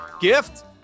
Gift